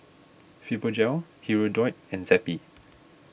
Fibogel Hirudoid and Zappy